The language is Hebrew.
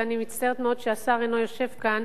ואני מצטערת מאוד שהשר אינו יושב כאן,